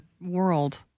world